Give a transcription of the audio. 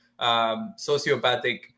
sociopathic